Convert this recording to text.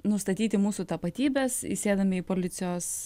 nustatyti mūsų tapatybės įsėdame į policijos